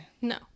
No